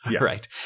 right